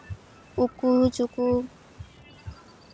ᱩᱠᱩᱼᱪᱩᱠᱩ